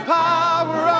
power